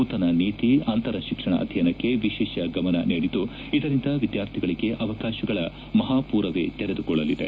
ನೂತನ ನೀತಿ ಅಂತರ ಶಿಕ್ಷಣ ಅಧ್ಯಯನಕ್ಕೆ ವಿಶೇಷ ಗಮನ ನೀಡಿದ್ದು ಇದರಿಂದ ವಿದ್ವಾರ್ಥಿಗಳಿಗೆ ಅವಕಾಶಗಳ ಮಹಾಮೂರವೇ ತೆರೆದುಕೊಳ್ಳಲಿದೆ